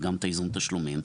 וגם ייזום תשלומים.